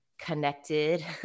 connected